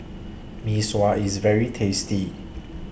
Mee Sua IS very tasty